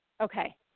Okay